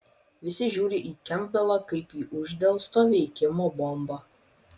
visi žiūri į kempbelą kaip į uždelsto veikimo bombą